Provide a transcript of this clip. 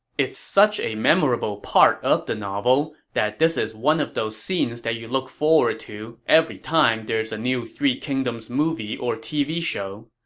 it's such a memorable part of the novel that this is one of those scenes you look forward to every time there's a new three kingdoms movie or tv show.